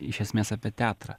iš esmės apie teatrą